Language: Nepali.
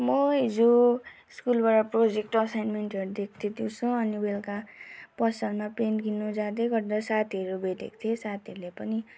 म हिजो स्कुलबाट प्रोजेक्ट असाइनमेन्टहरू दिएको थियो दिउँसो अनि बेलुका पसलमा पेन किन्नु जाँदै गर्दा साथीहरू भेटेँको थिएँ साथीहरूले पनि